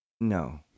No